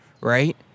Right